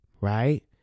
right